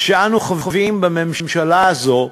שאנחנו חווים בממשלה הזאת,